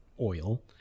oil